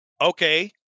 Okay